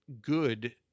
good